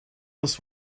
this